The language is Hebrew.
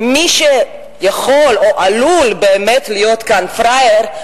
מי שיכול או עלול באמת להיות כאן פראייר,